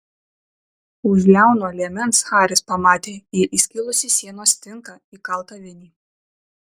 už liauno liemens haris pamatė į įskilusį sienos tinką įkaltą vinį